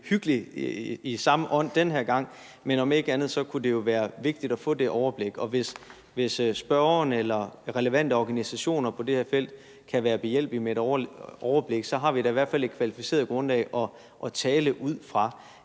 hyggeligt i samme ånd den her gang, men om ikke andet kunne det jo være vigtigt at få det overblik. Og hvis spørgeren eller relevante organisationer på det her felt kan være behjælpelige med et overblik, har vi da i hvert fald et kvalificeret grundlag at tale ud fra.